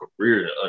career